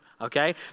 okay